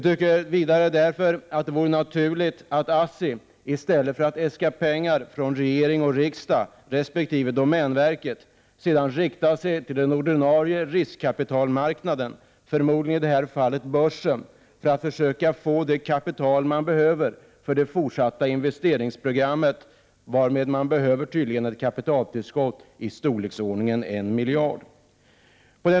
Det vore därför naturligt att ASSI, i stället för att äska pengar från regering och riksdag resp. domänverket, riktade sig till den ordinarie riskkapitalmarknaden, i detta fall förmodligen börsen, för att försöka få det kapital man behöver för det fortsatta investeringsprogrammet. Man behöver tydligen ett kapitaltillskott i storleksordningen 1 miljard till det.